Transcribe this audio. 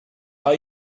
are